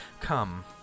Come